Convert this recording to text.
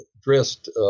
dressed